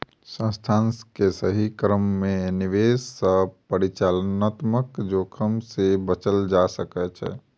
संस्थान के सही क्रम में निवेश सॅ परिचालनात्मक जोखिम से बचल जा सकै छै